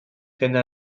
jende